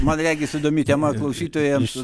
man regis įdomi tema klausytojams